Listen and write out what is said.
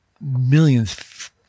millions